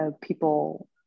people